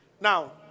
Now